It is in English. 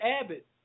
Abbott